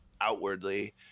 outwardly